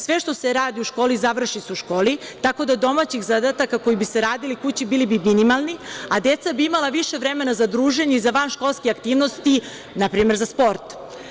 Sve što se radi u školi završi se u školi, tako da domaći zadaci koji bi se radili kući bi bili minimalni, a deca bi imala više vremena za druženje i za vanškolske aktivnosti, npr. sport.